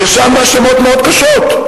נאשם בהאשמות מאוד קשות,